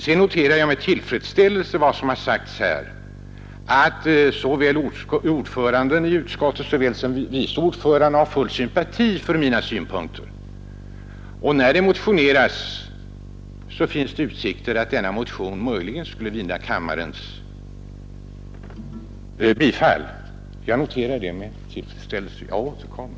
Men jag noterade med tillfredsställelse att såväl ordföranden i utskottet som vice ordföranden har full sympati för mina synpunkter, och om det blir en motion finns det tydligen utsikter att den kan vinna kammarens bifall. Jag noterar det som sagt med tillfredsställelse. Jag återkommer!